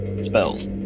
Spells